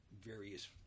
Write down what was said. various